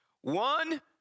one